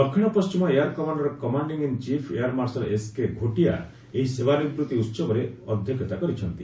ଦକ୍ଷିଣ ପଣ୍ଟିମ air command ର commanding in chief air marshal S K Ghotia ଏହି ସେବାନିବୃତ୍ତି ଉହବରେ ଅଧ୍ୟକ୍ଷତା କରିଛନ୍ତି